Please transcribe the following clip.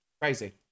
crazy